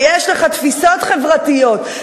ויש לך תפיסות חברתיות,